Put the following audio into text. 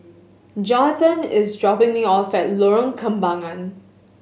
Johathan is dropping me off at Lorong Kembagan